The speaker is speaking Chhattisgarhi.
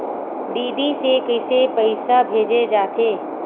डी.डी से कइसे पईसा भेजे जाथे?